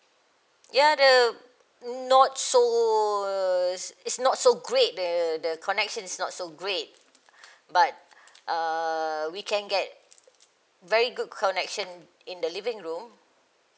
ya the not so it's not so great the the connection is not so great but err we can get very good connection in the living room